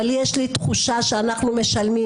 אבל יש לי תחושה שאנחנו משלמים,